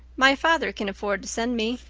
my father can afford to send me.